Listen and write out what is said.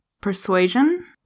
persuasion